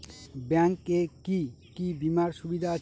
Bank এ কি কী বীমার সুবিধা আছে?